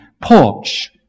porch